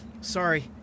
Sorry